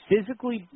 physically